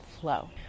flow